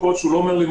אנחנו במגבלת זמן